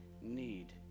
need